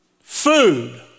Food